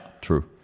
true